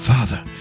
Father